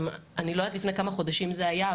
אני לא יודעת לפני כמה חודשים זה היה,